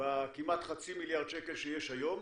בכמעט חצי מיליארד שקל שיש היום,